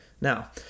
now